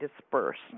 dispersed